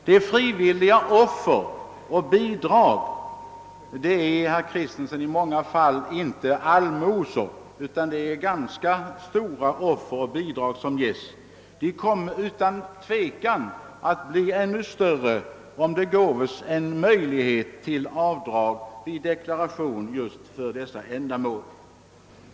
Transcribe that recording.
De frivilliga bidragen — det är, herr Kristenson, i många fall inte allmosor utan ganska stora offer och bidrag som ges — kommer utan tvekan att bli ännu större om det ges en möjlighet till avdrag i deklaration just för dessa ändamål.